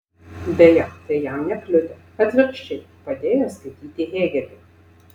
beje tai jam nekliudė atvirkščiai padėjo skaityti hėgelį